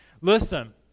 listen